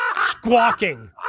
squawking